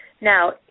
Now